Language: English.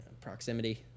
proximity